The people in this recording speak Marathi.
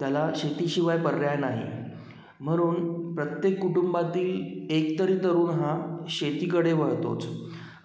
त्याला शेतीशिवाय पर्याय नाही म्हणून प्रत्येक कुटुंबातील एक तरी तरुण हा शेतीकडे वळतोच